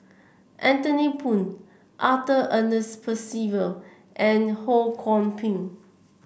Anthony Poon Arthur Ernest Percival and Ho Kwon Ping